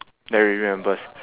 that we reimburse